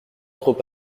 trop